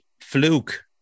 fluke